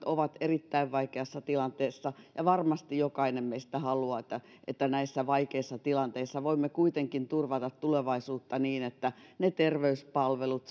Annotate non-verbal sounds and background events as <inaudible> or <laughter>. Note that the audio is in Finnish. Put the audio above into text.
<unintelligible> ovat erittäin vaikeassa tilanteessa ja varmasti jokainen meistä haluaa että että näissä vaikeissa tilanteissa voimme kuitenkin turvata tulevaisuutta niin että terveyspalvelut <unintelligible>